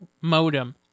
Modem